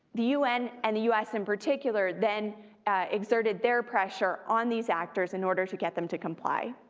the un and the u s. in particular then exerted their pressure on these actors in order to get them to comply.